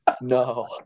No